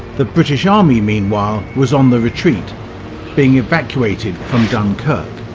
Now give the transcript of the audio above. the british army meanwhile, was on the retreat being evacuated from dunkirk.